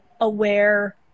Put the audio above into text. aware